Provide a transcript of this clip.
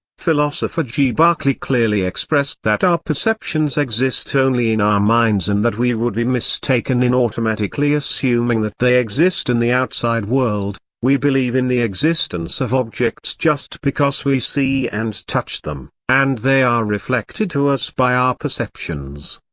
philosopher g. berkeley clearly expressed that our perceptions exist only in our minds and that we would be mistaken in automatically assuming that they exist in the outside world we believe in the existence of objects just because we see and touch them, and they are reflected to us by our perceptions.